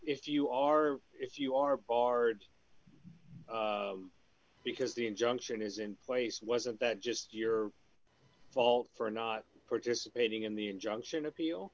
if you are if you are barred because the injunction is in place wasn't that just your fault for not participating in the injunction appeal